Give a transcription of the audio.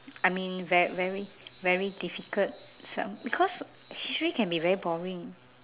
I mean ve~ very very difficult some because history can be very boring